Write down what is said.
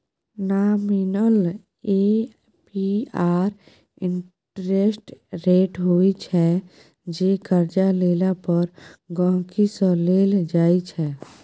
nominal APR interest rate होइ छै जे करजा लेला पर गांहिकी सँ लेल जाइ छै